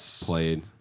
played